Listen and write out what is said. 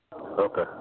Okay